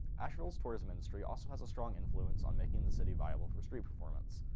asheville's tourism industry also has a strong influence on making the city viable for street performance.